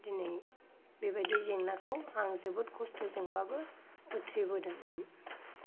दिनै बेबायदि जेंनाखौ आं जोबोद खस्थ'जोंब्लाबो उथ्रिबोदों